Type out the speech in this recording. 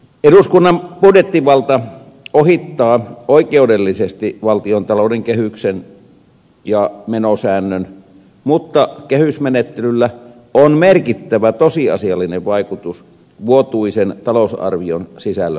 eduskunnan budjettivalta ohittaa oikeudellisesti valtiontalouden kehyksen ja menosäännön mutta kehysmenettelyllä on merkittävä tosiasiallinen vaikutus vuotuisen talousarvion sisällön kannalta